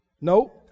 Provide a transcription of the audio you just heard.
No